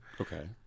okay